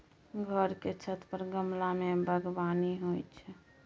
घर के छत पर गमला मे बगबानी होइ छै